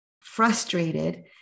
frustrated